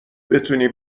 بتونی